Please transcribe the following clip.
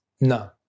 No